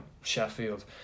Sheffield